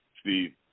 Steve